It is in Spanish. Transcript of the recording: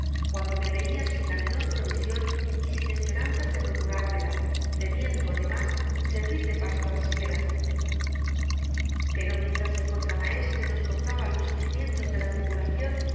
cuando me veia sin la menor provision y sin esperanzas de procurármela temiendo ademas servir de pasto á las fieras pero mientras el contramaestre nos contaba los sufrimientos de la tripulacion no